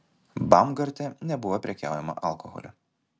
baumgarte nebuvo prekiaujama alkoholiu